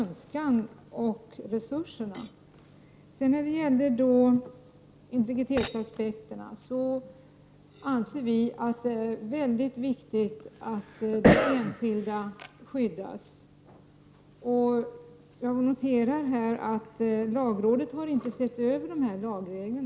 När det sedan gäller integritetsaspekterna anser vi att det är mycket viktigt att enskilda personer skyddas. Jag noterar att lagrådet inte har sett över dessa lagregler.